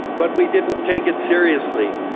but we didn't take it seriously.